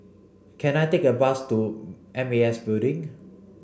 can I take a bus to M A S Building